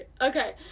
Okay